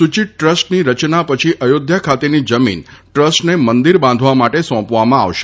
સૂચિત ટ્રસ્ટની રચના પછી અયોધ્યા ખાતેની જમીન ટ્રસ્ટને મંદિર બાંધવા માટે સોંપવામાં આવશે